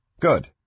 Good